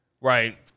Right